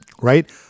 Right